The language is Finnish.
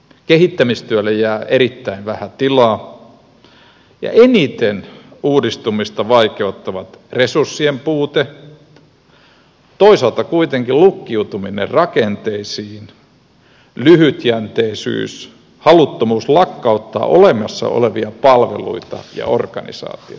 kehittämistyölle jää erittäin vähän tilaa ja eniten uudistumista vaikeuttavat resurssien puute toisaalta kuitenkin lukkiutuminen rakenteisiin lyhytjänteisyys haluttomuus lakkauttaa olemassa olevia palveluita ja organisaatioita